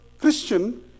Christian